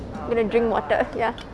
gonna drink water ya